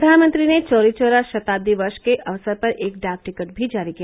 प्रधानमंत्री ने चौरी चौरा शताब्दी वर्ष के अवसर पर एक डाक टिकट भी जारी किया